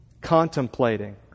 contemplating